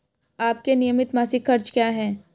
आपके नियमित मासिक खर्च क्या हैं?